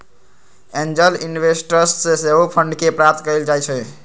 angel investors से सेहो fund के प्राप्त कएल जाइ छइ